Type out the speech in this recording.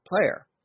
player